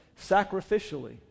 sacrificially